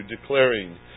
declaring